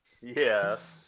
yes